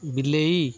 ବିଲେଇ